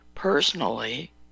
Personally